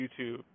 YouTube